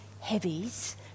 heavies